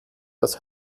das